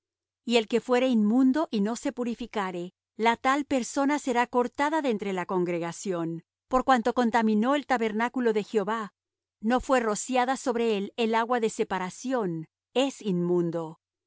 y el que fuere inmundo y no se purificare la tal persona será cortada de entre la congregación por cuanto contaminó el tabernáculo de jehová no fué rociada sobre él el agua de separación es inmundo